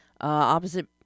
opposite